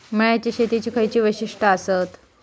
मळ्याच्या शेतीची खयची वैशिष्ठ आसत?